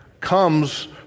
comes